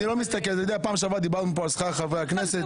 יודע שבפעם שעברה דיברנו כאן על שכר חברי הכנסת,